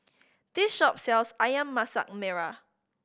this shop sells Ayam Masak Merah